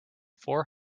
four